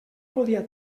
podia